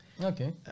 Okay